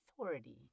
Authority